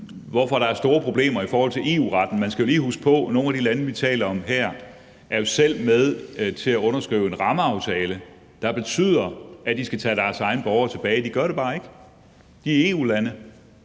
hvorfor der er store problemer i forhold til EU-retten. Man skal jo lige huske på, at nogle af de lande, vi taler om her, jo selv har underskrevet en rammeaftale, der betyder, at de skal tage deres egne borgere tilbage. Det gør de bare ikke. De er EU-lande.